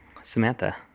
Samantha